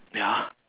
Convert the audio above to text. ya